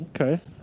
Okay